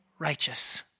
righteous